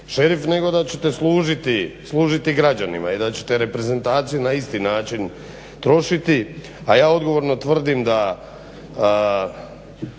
šerif nego da ćete služiti građanima i da ćete reprezentaciju na isti način trošiti, a ja odgovorno tvrdim da